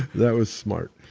that was smart.